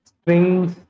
strings